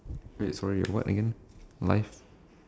wait sorry what again life